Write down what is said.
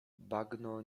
bagno